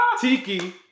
Tiki